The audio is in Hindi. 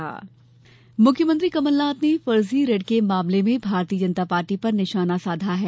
मुख्यमंत्री मुख्यमंत्री कमलनाथ ने फर्जी ऋण के मामले में भारतीय जनता पार्टी पर निशाना साधा है